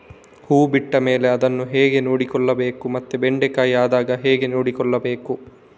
ಹೂ ಬಿಟ್ಟ ಮೇಲೆ ಅದನ್ನು ಹೇಗೆ ನೋಡಿಕೊಳ್ಳಬೇಕು ಮತ್ತೆ ಬೆಂಡೆ ಕಾಯಿ ಆದಾಗ ಹೇಗೆ ನೋಡಿಕೊಳ್ಳಬೇಕು?